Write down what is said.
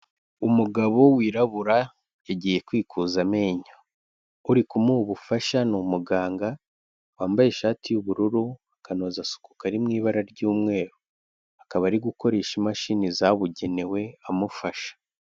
Umugabo wirabura yagiye kwikuza amenyo, uri kumuha ubufasha ni umuganga, wambaye ishati y'ubururu, akanozasuku, kari mu ibara ry'umweru, akaba ari gukoresha imashini zabugenewe amufasha.